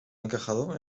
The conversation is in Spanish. encajado